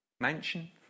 Mansion